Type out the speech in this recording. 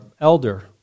elder